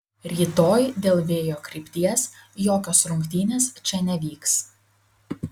rytoj dėl vėjo krypties jokios rungtynės čia nevyks